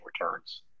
returns